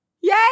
Yay